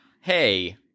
Hey